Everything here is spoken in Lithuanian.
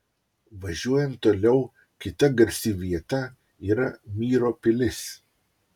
važiuojant toliau kita garsi vieta yra myro pilis